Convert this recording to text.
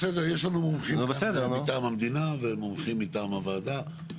אז יש מומחים מטעם המדינה ומומחים מטעם הוועדה.